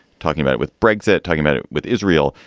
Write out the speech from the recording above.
talking about with brexit, talking about it with israel.